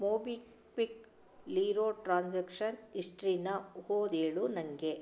ಮೊಬಿಕ್ವಿಕಲ್ಲಿರೋ transaction ಹಿಸ್ಟ್ರಿನಾ ಓದೇಳು ನನಗೆ